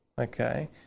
okay